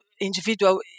individual